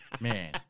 Man